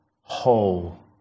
whole